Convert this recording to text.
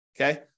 Okay